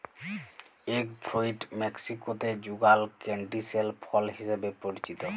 egg fruit মেক্সিকোতে যুগাল ক্যান্টিসেল ফল হিসেবে পরিচিত